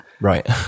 Right